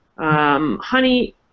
Honey